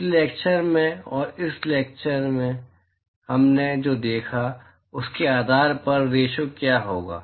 पिछले लैक्चर में और इससे पहले हमने जो देखा है उसके आधार पर रेशिओ क्या होगा